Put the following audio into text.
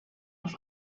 auf